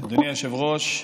אדוני היושב-ראש.